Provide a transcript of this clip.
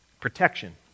Protection